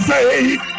Faith